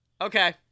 Okay